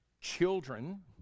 children